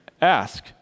Ask